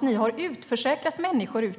Ni har utförsäkrat människor